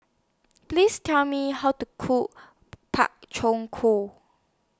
Please Tell Me How to Cook Pak Chong Ko